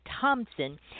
Thompson